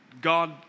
God